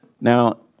Now